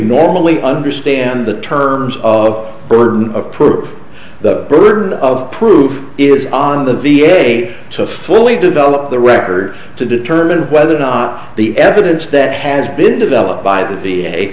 normally understand the terms of burden of proof the burden of proof is on the v a to fully develop the records to determine whether or not the evidence that has been developed by